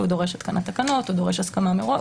שהוא דורש התקנת תקנות או דורש הסכמה מראש.